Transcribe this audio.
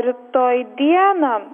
rytoj dieną